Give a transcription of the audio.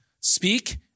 Speak